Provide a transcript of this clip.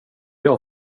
jag